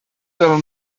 tell